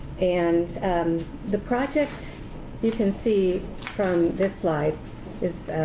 and the project you can see from this slide is